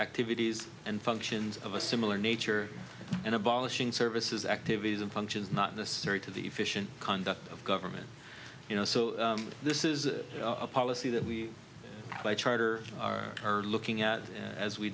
activities and functions of a similar nature and abolishing services activities and functions not necessary to the efficient conduct of government you know so this is a policy that we by charter are looking at as we